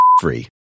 free